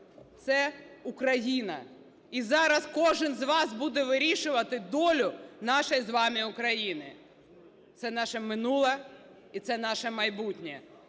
це Україна. І зараз кожен з вас буде вирішувати долю нашої з вами України. Це наше минуле і це наше майбутнє.